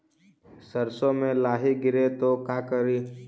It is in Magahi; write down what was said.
सरसो मे लाहि गिरे तो का करि?